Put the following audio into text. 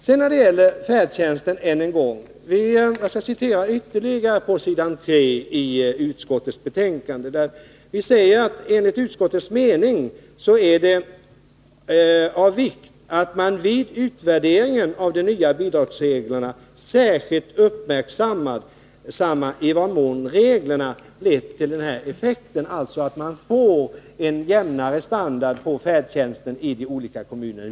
Sedan vill jag än en gång citera vad som står om färdtjänsten. På s. 3 i utskottsbetänkandet står det: ”Enligt utskottets mening är det av vikt att man vid utvärderingen av de nya bidragsreglerna särskilt uppmärksammar i vad mån reglerna lett till en sådan effekt” — alltså att man fått en jämnare standard på färdtjänsten i de olika kommunerna.